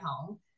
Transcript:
home